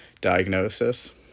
diagnosis